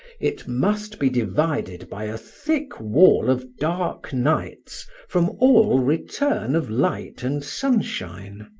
it must be divided by a thick wall of dark nights from all return of light and sunshine.